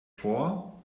vor